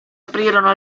aprirono